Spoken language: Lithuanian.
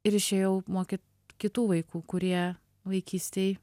ir išėjau mokyt kitų vaikų kurie vaikystėj